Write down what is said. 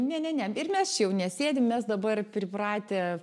ne ne ne ir mes čia jau nesėdim mes dabar pripratę